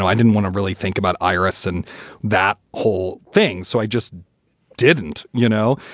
i didn't want to really think about iris and that whole thing, so i just didn't, you know.